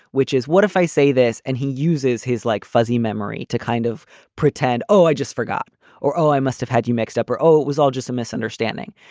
which is what if i say this and he uses his like fuzzy memory to kind of pretend, oh, i just forgot or oh, i must have had you mixed up or oh, it was all just a misunderstanding.